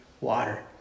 water